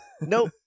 Nope